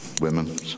women